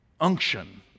unction